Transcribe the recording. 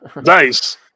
Nice